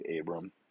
Abram